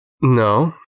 No